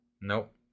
Nope